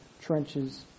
trenches